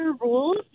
rules